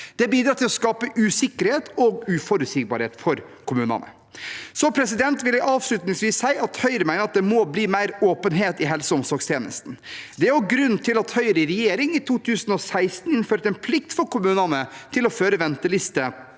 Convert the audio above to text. Det bidrar til å skape usikkerhet og uforutsigbarhet for kommunene. Avslutningsvis vil jeg si at Høyre mener at det må bli mer åpenhet i helse- og omsorgstjenesten. Det er også grunnen til at Høyre i regjering i 2016 innførte en plikt for kommunene til å føre venteliste